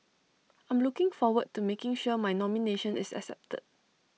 I'm looking forward to making sure my nomination is accepted